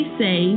say